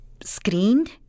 screened